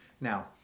Now